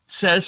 says